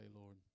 Lord